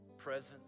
presence